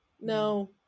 No